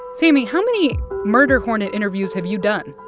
sammy, how many murder hornet interviews have you done?